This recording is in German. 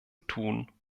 tun